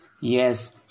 Yes